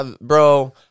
bro